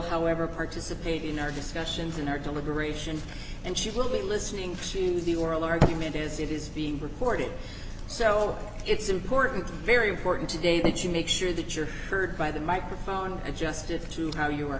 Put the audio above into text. however participate in our discussions in our deliberations and she will be listening she's the oral argument is it is being recorded so it's important very important today that you make sure that you're heard by the microphone adjusted to how you are